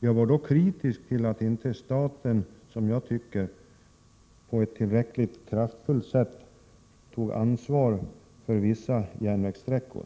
Jag var då kritisk till att inte staten, som jag tycker, på ett tillräckligt kraftfullt sätt tog ansvar för vissa järnvägssträckor.